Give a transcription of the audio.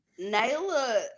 Naila